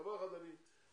דבר אחד אני יודע,